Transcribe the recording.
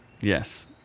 Yes